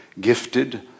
gifted